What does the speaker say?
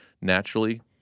naturally